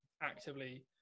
actively